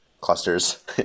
clusters